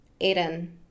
Aiden